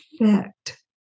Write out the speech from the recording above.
effect